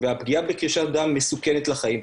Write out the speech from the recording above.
והפגיעה בקרישת דם היא מסוכנת לחיים,